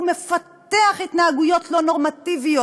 והוא מפתח התנהגויות לא נורמטיביות.